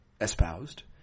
espoused